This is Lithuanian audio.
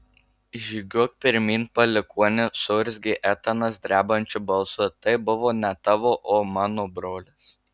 žygiuok pirmyn palikuoni suurzgė etanas drebančiu balsu tai buvo ne tavo o mano brolis